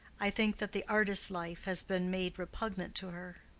i think that the artist's life has been made repugnant to her.